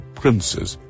princes